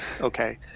Okay